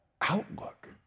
outlook